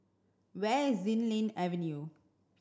where is Xilin Avenue